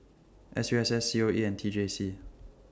S U S S C O E and T J C